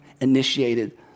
initiated